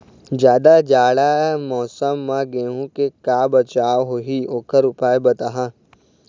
जादा जाड़ा मौसम म गेहूं के का बचाव होही ओकर उपाय बताहा?